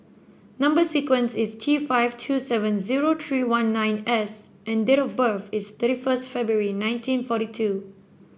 number sequence is T five two seven zero three one nine S and date of birth is thirty first January nineteen forty two